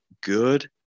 good